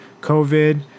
covid